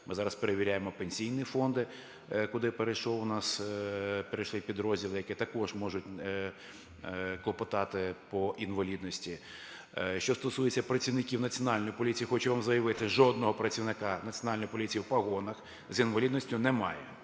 Ми зараз перевіряємо пенсійні фонди, куди перейшли у нас підрозділи, які також можуть клопотати по інвалідності. Що стосується працівників Національної поліції, хочу вам заявити: жодного працівника Національної поліції в погонах з інвалідністю немає.